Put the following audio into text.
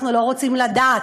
אנחנו לא רוצים לדעת.